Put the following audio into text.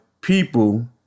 people